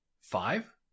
Five